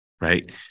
right